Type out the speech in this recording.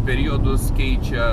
periodus keičia